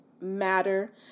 matter